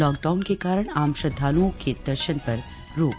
lockdown के कारण आम श्रद्वालुओं के दर्शनों पर रोक